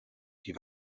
die